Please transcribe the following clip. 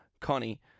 Connie